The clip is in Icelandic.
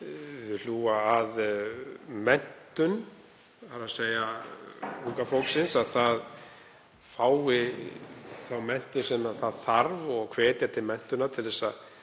hlúa að menntun unga fólksins, að það fái þá menntun sem það þarf, og hvetja til menntunar til þess að